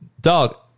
Dog